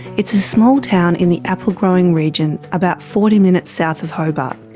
it's a small town in the apple growing region about forty minutes south of hobart.